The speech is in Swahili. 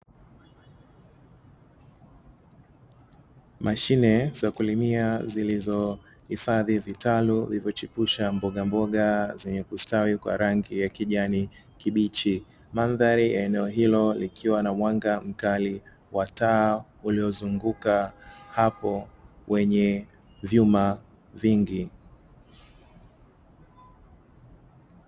Mashine za kulimia zilizohifadhi vitalu, vilivyochipusha mbogamboga zenye kustawi kwa rangi ya kijani kibichi. Mandhari ya eneo hilo likiwa na mwanga mkali wa taa, uliozunguka hapo wenye vyuma vingi.